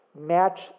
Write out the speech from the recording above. match